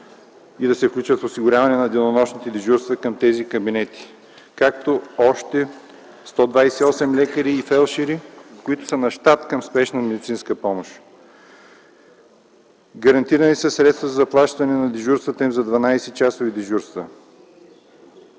и да се включат в осигуряване на денонощните дежурства към тези кабинети, както още 128 лекари и фелдшери, които са на щат към Спешна медицинска помощ. Гарантирани са средства за заплащане на 12-часовите им дежурства.